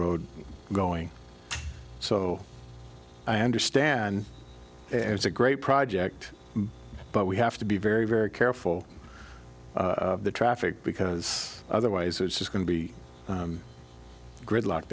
road going so i understand it's a great project but we have to be very very careful of the traffic because otherwise it's just going to be gridlock